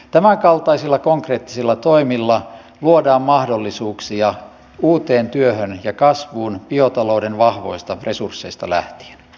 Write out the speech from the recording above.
tämänkaltaisilla konkreettisilla toimilla luodaan mahdollisuuksia uuteen työhön ja kasvuun biotalouden vahvoista resursseista lähtien